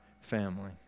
family